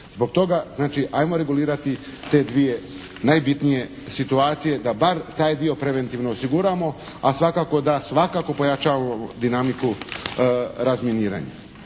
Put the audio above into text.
Zbog toga znači ajmo regulirati te dvije najbitnije situacije da bar taj dio preventivno osiguramo, a svakako da svakako pojačavamo dinamiku razminiranja.